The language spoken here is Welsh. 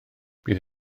bydd